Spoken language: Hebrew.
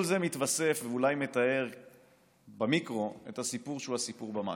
כל זה מתווסף ואולי מתאר במיקרו את הסיפור במקרו.